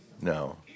No